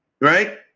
Right